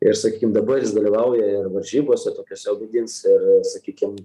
ir sakykim dabar jis dalyvauja ir varžybose tokiose gins ir sakykim